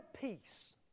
peace